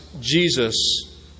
Jesus